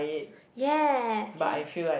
yes yes